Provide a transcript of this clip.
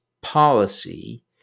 policy